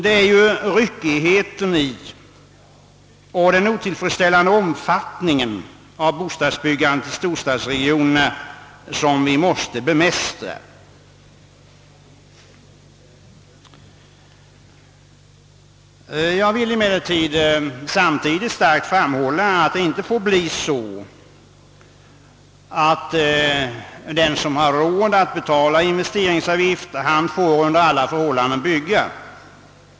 Det är ju ryckigheten i och den otillfredsställande omfattningen av bostadsbyggandet i storstadsregionerna som vi måste bemästra. Jag vill emellertid samtidigt starkt framhålla att det inte får bli så att den som har råd att betala investeringsavgift får bygga under alla förhållanden.